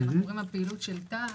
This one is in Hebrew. כשמדברים על המשך הפעילות של תע"ש,